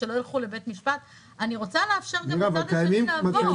שלא ילכו לבית משפט אני רוצה לאפשר גם לצד השני לעבור.